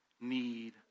need